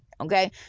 okay